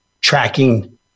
tracking